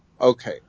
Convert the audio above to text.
Okay